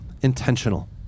intentional